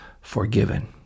forgiven